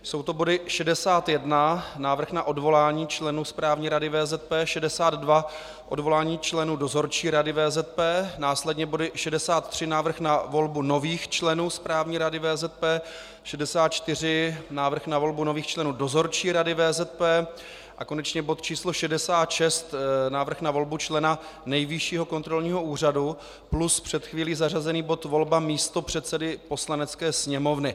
Jsou to body 61 Návrh na odvolání členů správní rady VZP, bod 62 Návrh odvolání členů dozorčí rady VZP, následně body 63 Návrh na volbu nových členů správní rady VZP, bod 64 Návrh na volbu nových členů dozorčí rady VZP, a konečně bod číslo 66 Návrh na volbu člena Nejvyššího kontrolního úřadu, plus před chvílí zařazený bod Návrh na volbu místopředsedy Poslanecké sněmovny.